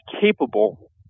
capable